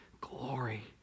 Glory